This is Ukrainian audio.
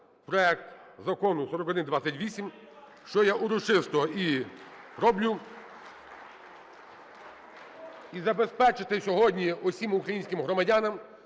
проект Закону 4128, що я урочисто і роблю. І забезпечити сьогодні усім українським громадянам,